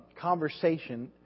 conversation